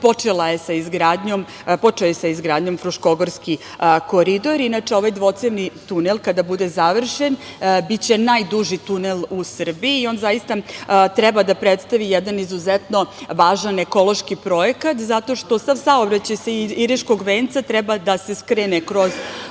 počeo je sa izgradnjom Fruškogorski koridor. Inače, ovaj dvocevni tunel kada bude završen biće najduži tunel u Srbiji i on zaista treba da predstavi jedan izuzetno važan ekološki projekat zato što sav saobraćaj iz Iriškog venca treba da se skrene kroz